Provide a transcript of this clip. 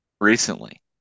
recently